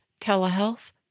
telehealth